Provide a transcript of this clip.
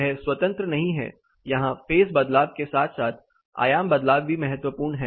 यह स्वतंत्र नहीं है यहां फेज़ बदलाव के साथ साथ आयाम बदलाव भी महत्वपूर्ण है